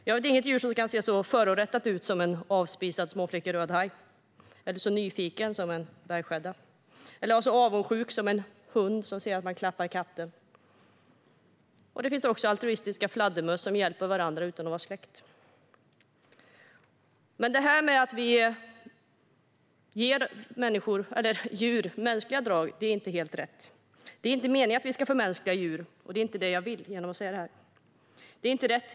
Jag vet inget djur som kan se så förorättat ut som en avspisad småfläckig rödhaj, se så nyfiket ut som en bergskädda eller vara så avundsjukt som en hund som ser att man klappar katten. Det finns också altruistiska fladdermöss som hjälper varandra utan att vara släkt. Men att vi ger djur mänskliga drag är inte helt rätt. Det är inte meningen att vi ska förmänskliga djur. Det är inte heller det jag vill genom att säga detta. Det är inte rätt.